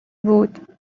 بود